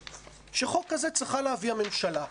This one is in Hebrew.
חוק כזה צריכה להביא הממשלה.